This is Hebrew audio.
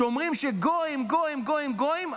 שאומרים: גויים, גויים, גויים.